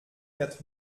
quatre